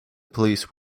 police